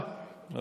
רק